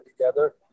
together